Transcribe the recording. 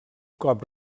cop